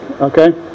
okay